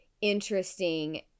interesting